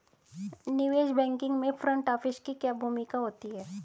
निवेश बैंकिंग में front office की क्या भूमिका होती है?